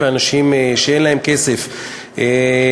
ואנשים שאין להם כסף יצטרכו,